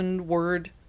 word